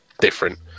different